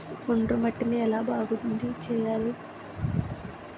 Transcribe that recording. ఒండ్రు మట్టిని ఎలా బాగుంది చేయాలి?